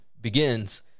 begins